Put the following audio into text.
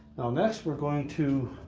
next, we're going to